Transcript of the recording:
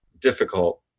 difficult